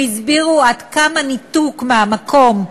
הם הסבירו עד כמה ניתוק מהמקום,